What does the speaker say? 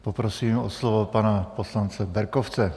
Poprosím o slovo pana poslance Berkovce.